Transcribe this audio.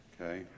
Okay